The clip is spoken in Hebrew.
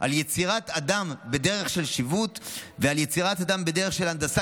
על יצירת אדם בדרך של שיבוט ועל יצירת אדם בדרך של הנדסה